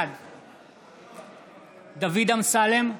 בעד דוד אמסלם,